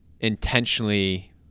intentionally